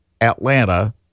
Atlanta